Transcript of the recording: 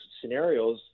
scenarios –